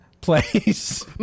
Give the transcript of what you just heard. place